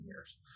years